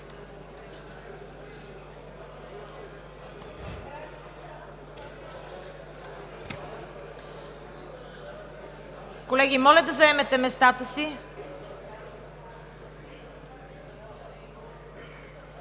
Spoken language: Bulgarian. Колеги, моля да заемете местата си!